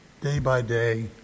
day-by-day